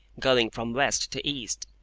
going from west to east.